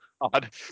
Odd